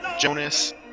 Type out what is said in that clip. Jonas